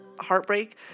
heartbreak